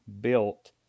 built